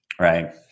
right